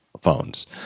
phones